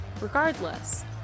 Regardless